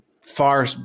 far